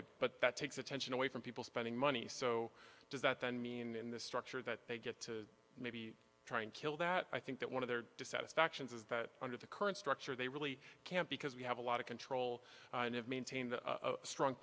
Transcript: it but that takes attention away from people spending money so does that then mean in this structure that they get to maybe try and kill that i think that one of their dissatisfactions is that under the current structure they really can't because we have a lot of control and have maintained a strong